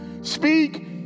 Speak